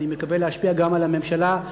ואני מקווה להשפיע גם על הממשלה,